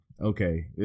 okay